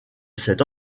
cette